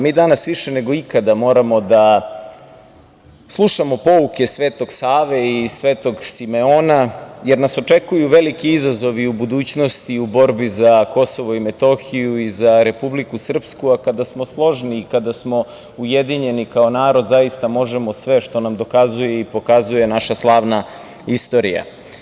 Mi danas više nego ikada moramo da slušamo pouke Sv. Save i Sv. Simeona, jer nas očukuju viliki izazovi u budućnosti, u borbi za KiM i za Republiku Srpsku, a kada smo složni i kada smo ujedinjeni kao narod, zaista možemo sve, što nam dokazuje i pokazuje naša slavna istorija.